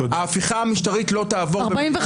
ההפיכה המשטרית לא תעבור במדינת ישראל.